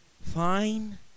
fine